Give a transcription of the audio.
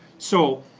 so